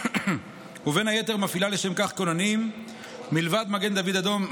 ובין היתר מפעילה כוננים לשם כך.